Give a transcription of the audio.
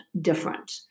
different